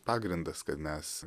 pagrindas kad mes